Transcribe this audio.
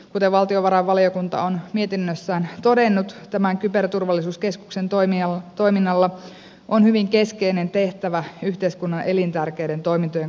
kuten valtiovarainvaliokunta on mietinnössään todennut tämän kyberturvallisuuskeskuksen toiminnalla on hyvin keskeinen tehtävä yhteiskunnan elintärkeiden toimintojen kannalta